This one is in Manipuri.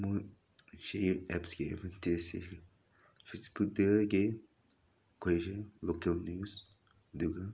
ꯃꯣꯏ ꯁꯤ ꯑꯦꯞꯁꯀꯤ ꯑꯦꯠꯕꯥꯟꯇꯦꯖꯁꯤ ꯐꯦꯖꯕꯨꯛꯇꯒꯤ ꯑꯩꯈꯣꯏꯁꯨ ꯂꯣꯀꯦꯜ ꯅ꯭ꯌꯨꯖ ꯑꯗꯨꯒ